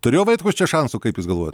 turėjo vaitkus čia šansų kaip jūs galvojat